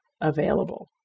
available